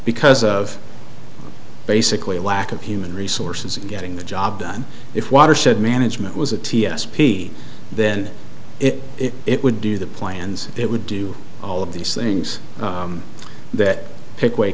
because of basically a lack of human resources in getting the job done if watershed management was a t s p then it it would do the plans it would do all of these things that pick wa